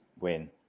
win